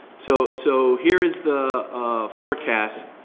so so here is the forecast,